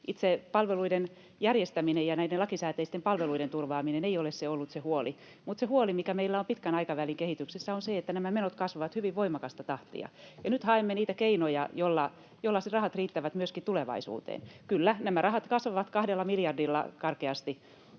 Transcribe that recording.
itse palveluiden järjestäminen ja näiden lakisääteisten palveluiden turvaaminen ei ole ollut se huoli, mutta se huoli, mikä meillä on pitkän aikavälin kehityksessä, on se, että nämä menot kasvavat hyvin voimakasta tahtia. Nyt haemme niitä keinoja, joilla rahat riittävät myöskin tulevaisuuteen. Kyllä, nämä rahat kasvavat karkeasti kahdella miljardilla ensi